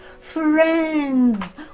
Friends